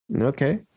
okay